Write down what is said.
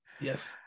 yes